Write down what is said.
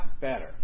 better